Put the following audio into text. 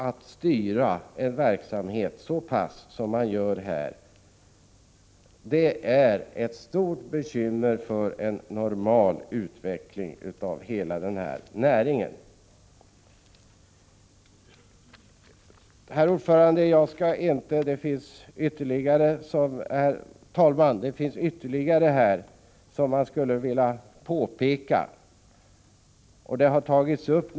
Att styra en verksamhet så pass som man gör är ett stort bekymmer för en normal utveckling för hela näringen. Herr talman! Det finns ytterligare saker som man skulle vilja påpeka.